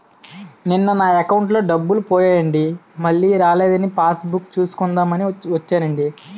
నిన్న నా అకౌంటులో డబ్బులు పోయాయండి మల్లీ రానేదని పాస్ బుక్ సూసుకుందాం అని వచ్చేనండి